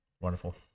wonderful